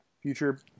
Future